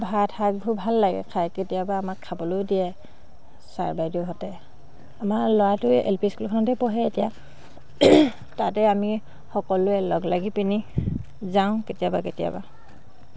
ভাত শাকবোৰ ভাল লাগে কেতিয়াবা আমাক খাবলৈও দিয়ে ছাৰ বাইদেউহঁতে আমাৰ ল'ৰাটোৱে এল পি স্কুলখনতেই পঢ়ে এতিয়া তাতে আমি সকলোৱে লগ লাগি পিনি যাওঁ কেতিয়াবা কেতিয়াবা